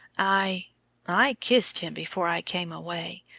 i i kissed him before i came away.